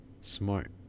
Smart